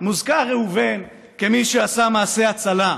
מוזכר ראובן כמי שעשה מעשה הצלה,